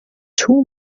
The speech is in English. too